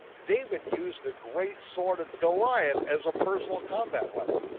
david used the great sword of goliath as a personal combat weapon.